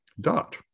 dot